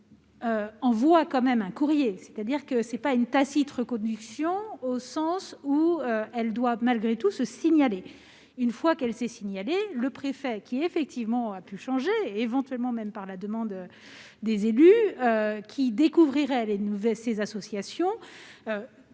même envoyer un courrier, c'est-à-dire que ce n'est pas vraiment une tacite reconduction, dans la mesure où elle doit malgré tout se signaler. Une fois qu'elle s'est signalée, le préfet, qui, effectivement, a pu changer, éventuellement, même, à la demande des élus, et qui découvrirait ces associations,